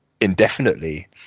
indefinitely